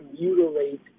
mutilate